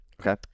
Okay